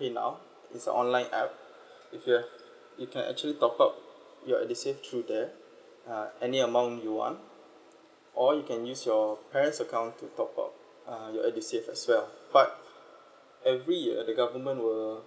paynow it's an online app if you have you can actually top up your edusave through there uh any amount you want or you can use your parents account to top up uh your edusave as well but every year the government will